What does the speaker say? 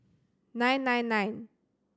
nine nine nine